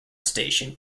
station